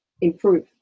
improve